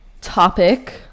topic